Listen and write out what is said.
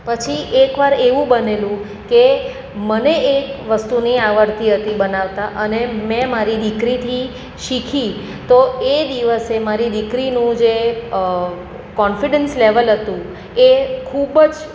પછી એકવાર એવું બનેલું કે મને એક વસ્તુ નહીં આવડતી હતી બનાવતા અને મેં મારી દીકરીથી શીખી તો એ દિવસે મારી દીકરીનું જે કોન્ફિડન્ડસ લેવલ હતું એ ખૂબ જ